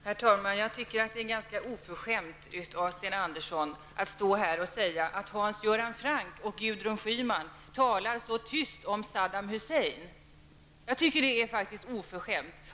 Herr talman! Jag tycker att det är ganska oförskämt av Sten Andersson att säga att Hans Göran Franck och Gudrun Schyman talar så tyst om Saddam Hussein. Jag tycker faktiskt att det är oförskämt.